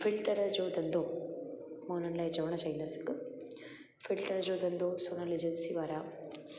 filter जो धंधो मां उन लाइ चवणु चाहींदसि हिक फिल्टर जो धंधो सोनल एजेंसी वारा